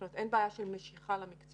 זאת אומרת, אין בעיה של משיכה למקצוע.